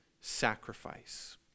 sacrifice